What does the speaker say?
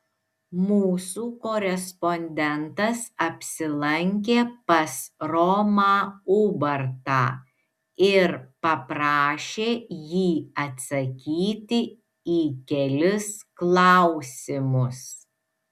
mūsų korespondentas apsilankė pas romą ubartą ir paprašė jį atsakyti į kelis klausimus